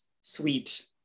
sweet